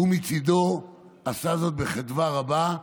הוא, מצידו, עשה זאת בחדווה רבה,